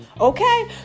Okay